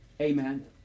amen